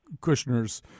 Kushner's